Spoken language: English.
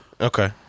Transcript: Okay